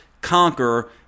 conquer